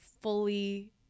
fully